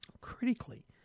critically